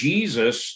Jesus